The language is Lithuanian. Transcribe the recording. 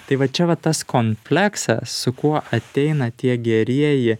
tai va čia va tas kompleksas su kuo ateina tie gerieji